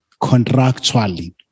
contractually